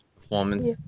Performance